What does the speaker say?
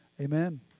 Amen